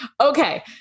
Okay